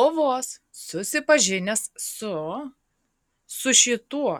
o vos susipažinęs su su šituo